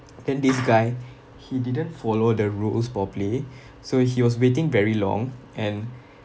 then this guy he didn't follow the rules properly so he was waiting very long and